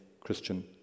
Christian